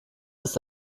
ist